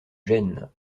gênes